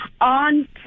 on